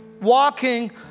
walking